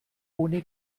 ohne